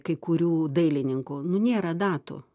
kai kurių dailininkų nu nėra datų